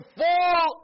full